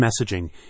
messaging